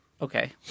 Okay